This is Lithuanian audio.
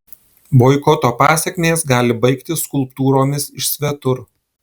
boikoto pasekmės gali baigtis skulptūromis iš svetur